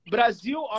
Brasil